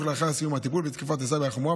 לאחר סיום הטיפול בתקיפת הסייבר החמורה,